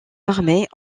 armée